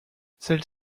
celles